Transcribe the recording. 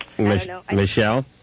Michelle